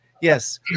Yes